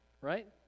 right